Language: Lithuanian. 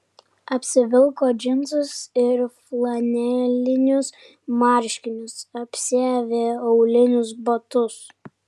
apsivilko džinsus ir flanelinius marškinius apsiavė aulinius batus